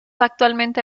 actualmente